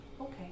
Okay